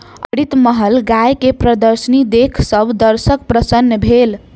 अमृतमहल गाय के प्रदर्शनी देख सभ दर्शक प्रसन्न भेल